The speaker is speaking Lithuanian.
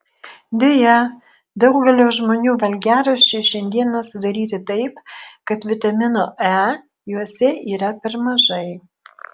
deja daugelio žmonių valgiaraščiai šiandieną sudaryti taip kad vitamino e juose yra per mažai